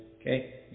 okay